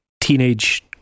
teenage